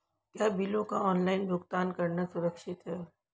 क्या बिलों का ऑनलाइन भुगतान करना सुरक्षित है?